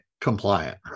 compliant